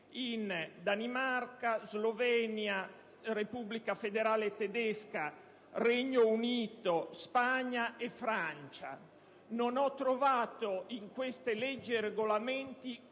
in Danimarca, Slovenia, Repubblica federale tedesca, Regno Unito, Spagna e Francia: non ho trovato, in queste leggi e regolamenti,